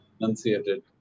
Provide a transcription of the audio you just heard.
enunciated